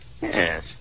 Yes